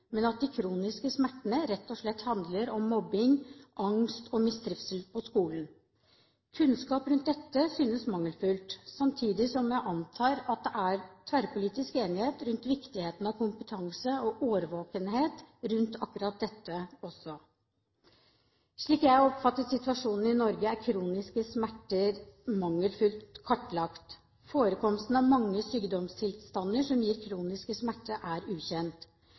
men at de kroniske smertene rett og slett handler om mobbing, angst og mistrivsel på skolen. Kunnskap rundt dette synes mangelfull, samtidig som jeg antar at det er tverrpolitisk enighet om viktigheten av kompetanse og årvåkenhet rundt akkurat dette også. Slik jeg oppfatter situasjonen i Norge, er kroniske smerter mangelfullt kartlagt. Forekomsten av mange sykdomstilstander som gir kronisk smerte, er ukjent.